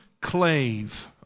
clave